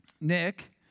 Nick